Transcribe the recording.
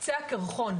קצה הקרחון.